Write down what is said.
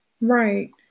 Right